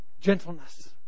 gentleness